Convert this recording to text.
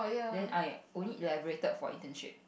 then I only elaborated for internship